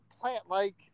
plant-like